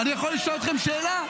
אני יכול לשאול אתכם שאלה?